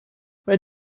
where